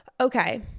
Okay